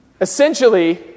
Essentially